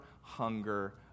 hunger